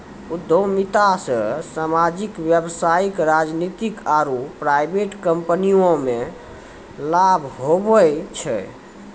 उद्यमिता से सामाजिक व्यवसायिक राजनीतिक आरु प्राइवेट कम्पनीमे लाभ हुवै छै